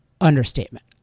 understatement